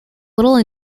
little